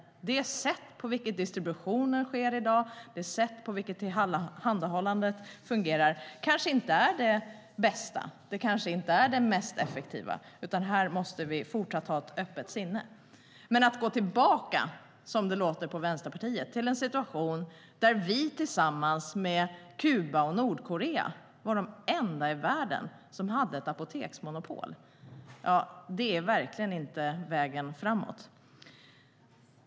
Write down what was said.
Det sätt på vilket distributionen sker i dag, det sätt på vilket tillhandahållandet fungerar, kanske inte är det bästa. Det kanske inte är det mest effektiva. Här måste vi fortsätta ha ett öppet sinne. Att gå tillbaka, som det låter som att Vänsterpartiet vill, till en situation där vi tillsammans med Kuba och Nordkorea var de enda i världen som hade ett apoteksmonopol är dock verkligen inte vägen framåt.